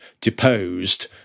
deposed